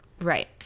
right